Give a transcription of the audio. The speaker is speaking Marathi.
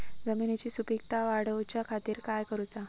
जमिनीची सुपीकता वाढवच्या खातीर काय करूचा?